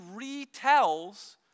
retells